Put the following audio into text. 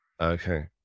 Okay